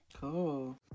Cool